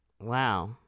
Wow